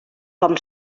com